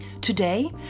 Today